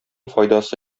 файдасы